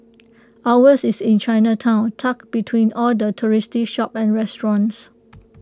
ours is in Chinatown tucked between all the touristy shops and restaurants